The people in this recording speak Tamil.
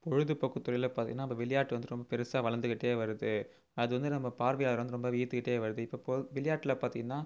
பொழுதுபோக்குத் துறையில் பாத்திங்கனா இப்போ விளையாட்டு வந்து ரொம்ப பெருசாக வளர்ந்துக்கிட்டே வருது அது வந்து நம்ம பார்வையாளரை வந்து ரொம்ப ஈர்த்துக்கிட்டே வருது இப்போது விளையாட்டில பார்த்திங்கனா